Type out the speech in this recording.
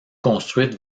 construite